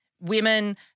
Women